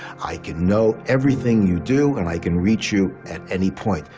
i can know everything you do and i can reach you at any point.